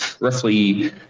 roughly